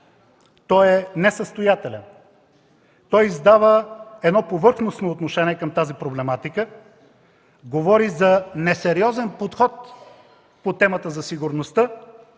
той е несъстоятелен! Той издава повърхностно отношение към тази проблематика, говори за несериозен подход по темата за сигурността